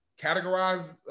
categorize